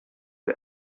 egg